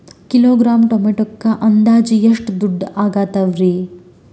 Kilogram ಟೊಮೆಟೊಕ್ಕ ಅಂದಾಜ್ ಎಷ್ಟ ದುಡ್ಡ ಅಗತವರಿ?